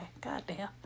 goddamn